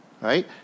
right